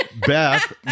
Beth